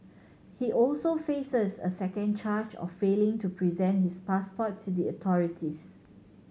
he also faces a second charge of failing to present his passport to the authorities